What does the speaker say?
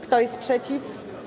Kto jest przeciw?